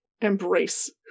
embrace